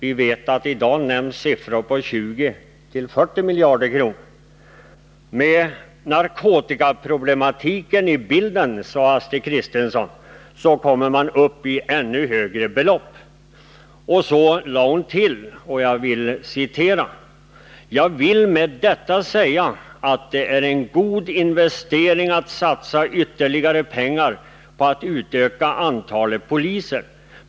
I dag nämns, som vi vet, belopp på 20-40 miljarder. Med narkotikaproblematiken i bilden, sade Astrid Kristensson, kommer man upp i ännu högre belopp. Och så lade hon till: ”Jag vill med detta säga att det är en god investering att satsa ytterligare pengar på att utöka antalet poliser.